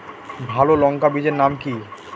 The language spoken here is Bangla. ভালো লঙ্কা বীজের নাম কি?